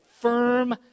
Firm